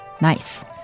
Nice